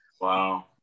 Wow